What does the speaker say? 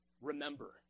remember